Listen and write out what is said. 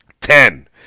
Ten